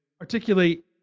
articulate